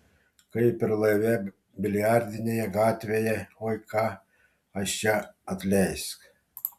kaip ir laive biliardinėje gatvėje oi ką aš čia atleisk